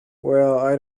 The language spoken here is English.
well—i